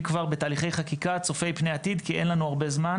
כבר בתהליכי חקיקה צופי פני עתיד כי אין לנו הרבה זמן